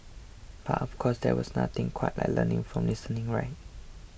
but of course there was nothing quite like learning from listening right